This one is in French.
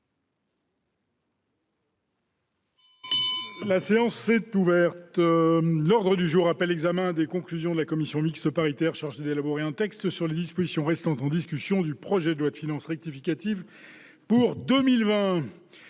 La séance est reprise. L'ordre du jour appelle l'examen des conclusions de la commission mixte paritaire chargée d'élaborer un texte sur les dispositions restant en discussion du projet de loi de finances rectificative pour 2020